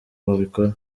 babikora